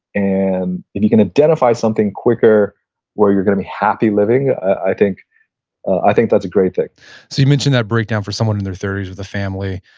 and if you can identify something quicker where you're going to be happy living, i think i think that's a great thing so, you mentioned that breakdown for someone in their thirty s with a family,